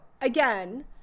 again